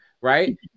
right